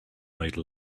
made